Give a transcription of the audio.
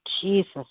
Jesus